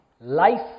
life